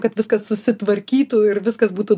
kad viskas susitvarkytų ir viskas būtų